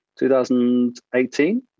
2018